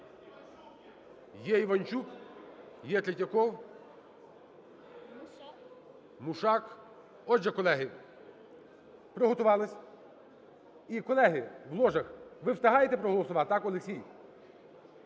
Є Іванчук, є Третьяков, Мушак. Отже, колеги, приготувались. І, колеги, в ложах, ви встигаєте проголосувати? Так, Олексій?